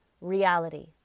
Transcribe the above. reality